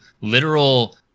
literal